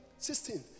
16